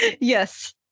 Yes